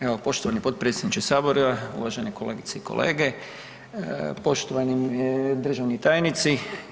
Evo poštovani potpredsjedniče sabora, uvažene kolegice i kolege, poštovani državni tajnici.